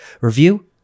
review